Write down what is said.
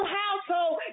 household